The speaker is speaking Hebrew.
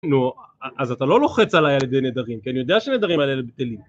נו, אז אתה לא לוחץ עליי על ידי נדרים, כי אני יודע שנדרים האלה בטלים.